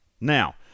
Now